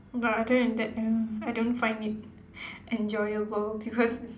but other than that ya I don't find it enjoyable because it's